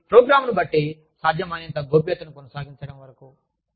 కాబట్టి ప్రోగ్రామ్ను బట్టి సాధ్యమైనంత గోప్యతను కొనసాగించడం వరకు